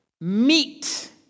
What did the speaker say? meet